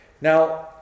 Now